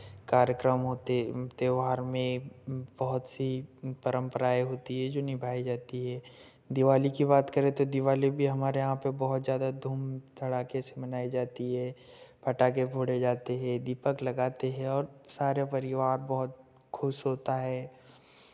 कार्यक्रम होते त्यौहार में बहुत सी परम्पराएँ होती है जो निभाई जाती है दीवाली की बात करे तो दीवाली भी हमारे यहाँ पे बहुत ज़्यादा धूमधाम धड़ाके से मनाई जाती है पटाखे फोड़े जाते हैं दीपक लगाते हैं और सारा परिवार बहुत खुश होता है